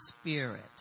spirit